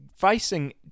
facing